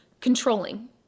controlling